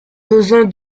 besoin